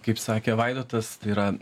kaip sakė vaidotas yra